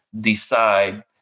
decide